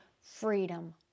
freedom